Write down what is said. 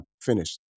finished